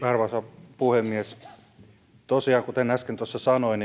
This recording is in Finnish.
arvoisa puhemies tosiaan kuten äsken tuossa sanoin